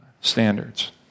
standards